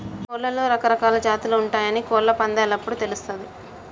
కోడ్లలో రకరకాలా జాతులు ఉంటయాని కోళ్ళ పందేలప్పుడు తెలుస్తది